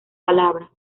palabra